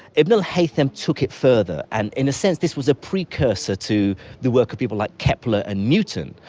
ibn al-haytham took it further, and in a sense this was a precursor to the work of people like kepler and newton.